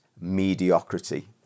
mediocrity